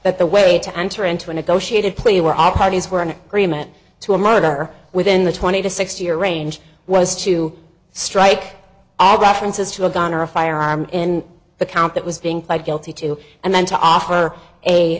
that the way to enter into a negotiated plea were all parties were in agreement to a murder within the twenty to sixty year range was to strike i reference as to a gun or a firearm in the count that was being played guilty to and then to offer